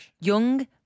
Young